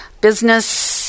business